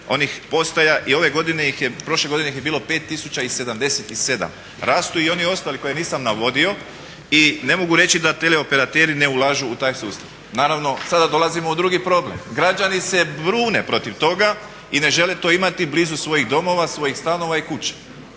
onih postaja i ove godine ih je, prošle godine ih je bilo 5077, rastu i oni ostali koje nisam navodio i ne mogu reći da tele operateri ne ulažu u taj sustav. Naravno sada dolazimo u drugi problem, građani se bune protiv toga i ne žele to imati blizu svojih domova, svojih stanova i kuća.